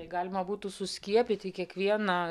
tai galima būtų suskiepyti kiekvieną